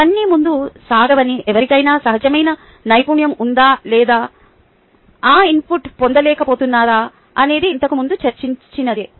ఇవన్నీ ముందు సాగినవి ఎవరికైనా సహజమైన నైపుణ్యం ఉందా లేదా ఆ ఇన్పుట్ పొందలేకపోతున్నారా అనేది ఇంతకుముందు చర్చించినది